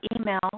email